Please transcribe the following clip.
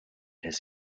his